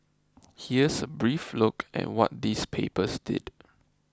here's a brief look at what these papers did